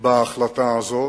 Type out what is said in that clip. בהחלטה הזאת,